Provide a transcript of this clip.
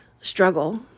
struggle